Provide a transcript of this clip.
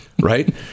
Right